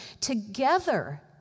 Together